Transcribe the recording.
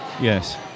Yes